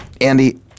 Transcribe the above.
Andy